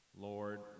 lord